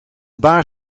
baas